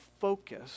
focus